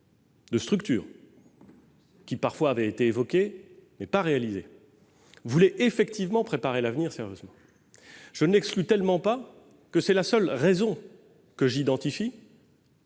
de structure qui avaient parfois été évoquées, mais pas réalisées, voulait effectivement préparer l'avenir sérieusement. Je ne l'exclus tellement pas que c'est la seule raison que j'identifie